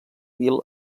bill